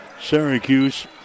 Syracuse